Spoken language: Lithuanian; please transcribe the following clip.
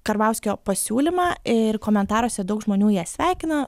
karbauskio pasiūlymą ir komentaruose daug žmonių ją sveikina